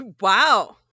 Wow